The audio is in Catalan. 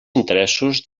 interessos